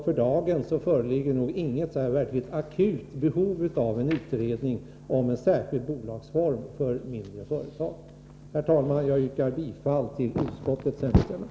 För dagen föreligger inget akut behov av en utredning om en särskild bolagsform för mindre företag. Herr talman! Jag yrkar bifall till utskottets hemställan.